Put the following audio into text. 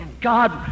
god